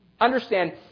Understand